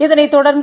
இதனைத் தொடர்ந்து